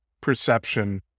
perception